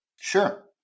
Sure